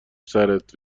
سرت